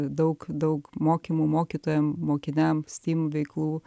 daug daug mokymų mokytojam mokiniam steam veiklų